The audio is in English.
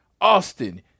Austin